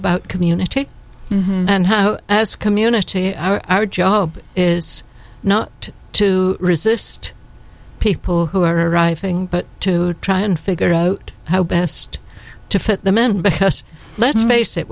about community and how as community our job is not to resist people who are arriving but to try and figure out how best to fit the men because let's face it